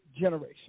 generation